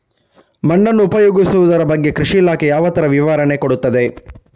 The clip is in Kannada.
ಮಣ್ಣನ್ನು ಉಪಯೋಗಿಸುದರ ಬಗ್ಗೆ ಕೃಷಿ ಇಲಾಖೆ ಯಾವ ತರ ವಿವರಣೆ ಕೊಡುತ್ತದೆ?